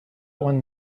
one